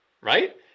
Right